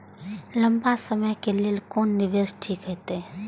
लंबा समय के लेल कोन निवेश ठीक होते?